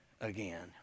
again